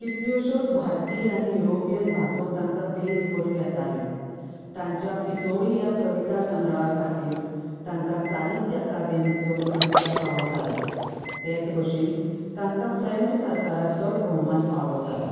कितल्योश्योच भारतीय आनी युरोपियन भासो तांकां बेस बऱ्यो येताल्यो तांच्या पिसोळीं ह्या कविता संग्रहा खातीर तांकां साहित्य अकादेमीचो पुरस्कार फावो जाला तेच बशेन तांकां फ्रेंच सरकाराचोय भोवमान फावो जाला